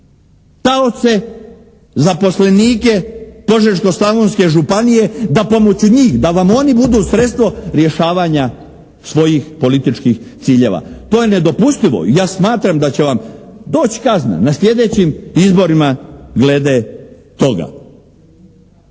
Taoce, zaposlenike Požeško-slavonske županije da pomoću njih, da vam oni budu sredstvo rješavanja svojih političkih ciljeva. To je nedopustivo. Ja smatram da će vam doć' kazna na sljedećim izborima glede toga.